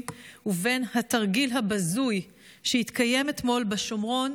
ובין התרגיל הבזוי שהתקיים אתמול בשומרון,